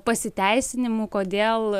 pasiteisinimų kodėl